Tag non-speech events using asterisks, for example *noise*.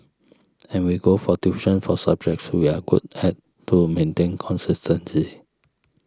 *noise* and we go for tuition for subjects we are good at to maintain consistency